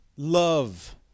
love